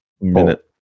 minute